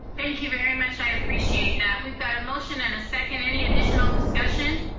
thank you very much, i appreciate that. we've got a motion and a second, any additional discussion?